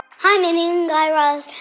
hi, mindy and guy raz.